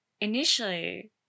initially